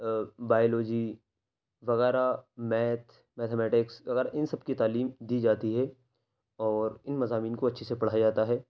biology وغیرہ math mathematics وغیرہ ان سب کی تعلیم دی جاتی ہے اور ان مضامین کو اچھے سے پڑھایا جاتا ہے